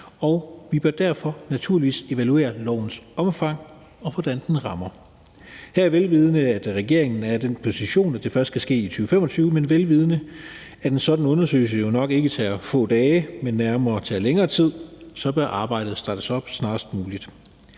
og vi bør derfor naturligvis evaluere lovens omfang, og hvordan den rammer. Her vel vidende at regeringen er i den position, at det først skal ske i 2025, men også vel vidende at en sådan undersøgelse jo nok ikke tager få dage, men nærmere tager længere tid, bør arbejdet startes op snarest muligt.